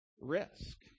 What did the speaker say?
risk